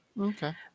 Okay